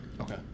Okay